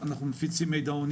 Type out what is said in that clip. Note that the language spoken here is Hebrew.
אנחנו מפיצים מידעונים